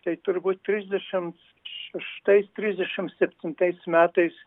tai turbūt trisdešims šeštais trisdešims septintais metais